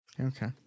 Okay